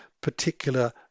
particular